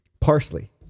parsley